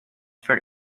for